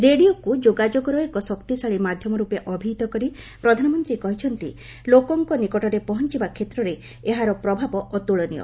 ରେଡ଼ିଓକୁ ଯୋଗାଯୋଗର ଏକ ଶକ୍ତିଶାଳୀ ମାଧ୍ୟମ ରୂପେ ଅଭିହିତ କରି ପ୍ରଧାନମନ୍ତ୍ରୀ କହିଛନ୍ତି ଲୋକଙ୍କ ନିକଟରେ ପହଞ୍ଚବା କ୍ଷେତ୍ରରେ ଏହର ପ୍ରଭାବ ଅତ୍କଳନୀୟ